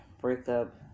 breakup